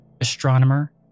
astronomer